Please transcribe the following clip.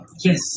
Yes